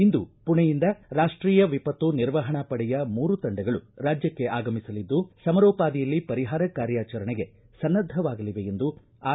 ಇಂದು ಪುಣೆಯಿಂದ ರಾಷ್ಟೀಯ ವಿಪತ್ತು ನಿರ್ವಹಣಾ ಪಡೆಯ ಮೂರು ತಂಡಗಳು ರಾಜ್ಯಕ್ಕೆ ಆಗಮಿಸಲಿದ್ದು ಸಮರೋಪಾದಿಯಲ್ಲಿ ಪರಿಹಾರ ಕಾರ್ಯಾಚರಣೆಗೆ ಸನ್ನದ್ಧವಾಗಲಿವೆ ಎಂದು ಆರ್